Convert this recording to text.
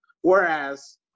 whereas